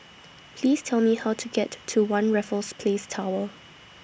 Please Tell Me How to get to one Raffles Place Tower